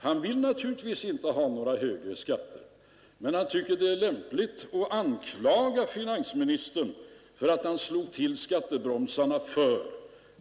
Han vill naturligtvis inte ha högre skatter, men han tycker att det är lämpligt att anklaga finansministern för att ha slagit till skattebromsarna.